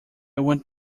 want